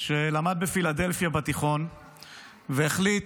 שלמד בפילדלפיה בתיכון והחליט,